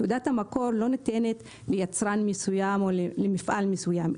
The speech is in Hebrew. תעודת המקור לא ניתנת ליצרן מסוים או למפעל מסוים,